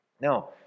Now